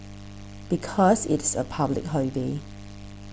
because it's a public holiday